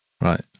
Right